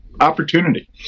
opportunity